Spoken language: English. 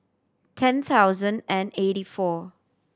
ten thousand and eighty four